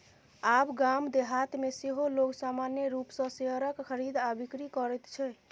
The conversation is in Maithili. आब गाम देहातमे सेहो लोग सामान्य रूपसँ शेयरक खरीद आ बिकरी करैत छै